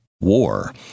war